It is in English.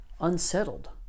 unsettled